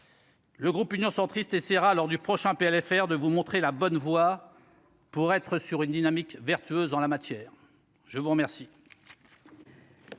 Le groupe Union centriste essaiera lors du prochain PLFR de vous montrer la bonne voie pour être sur une dynamique vertueuse en la matière, je vous remercie.